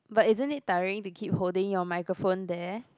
but isn't it tiring to keep holding your microphone there